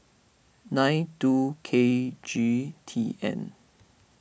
nine two K G T N